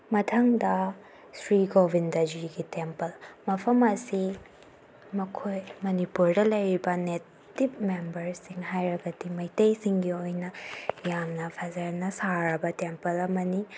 ꯃꯊꯪꯗ ꯁ꯭ꯔꯤ ꯒꯣꯚꯤꯟꯗꯖꯤꯒꯤ ꯇꯦꯝꯄꯜ ꯃꯐꯝ ꯑꯁꯤ ꯃꯈꯣꯏ ꯃꯅꯤꯄꯨꯔꯗ ꯂꯩꯔꯤꯕ ꯅꯦꯇꯤꯞ ꯃꯦꯝꯕꯔꯁꯤꯡ ꯍꯥꯏꯔꯒꯗꯤ ꯃꯩꯇꯩꯁꯤꯡꯒꯤ ꯑꯣꯏꯅ ꯌꯥꯝꯅ ꯐꯖꯅ ꯁꯥꯔꯕ ꯇꯦꯝꯄꯜ ꯑꯃꯅꯤ